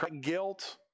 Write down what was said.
guilt